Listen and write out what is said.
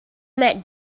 met